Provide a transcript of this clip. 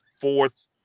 fourth